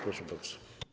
Proszę bardzo.